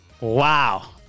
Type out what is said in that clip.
Wow